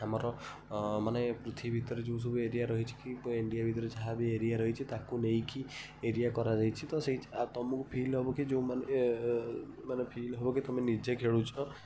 ଆମର ମାନେ ପୃଥିବୀ ଭିତରେ ଯେଉଁସବୁ ଏରିଆ ରହିଛି କି ଇଣ୍ଡିଆ ଭିତରେ ଯାହାବି ଏରିଆ ରହିଛି ତାକୁ ନେଇକି ଏରିଆ କରାଯାଇଛି ତ ସେଇଠି ତୁମକୁ ଫିଲ୍ ହବ କି ଯେଉଁମାନେ ମାନେ ଫିଲ୍ ହବ କି ତୁମେ ନିଜେ ଖେଳୁଛ